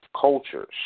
cultures